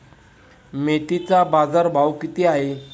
मेथीचा बाजारभाव किती आहे?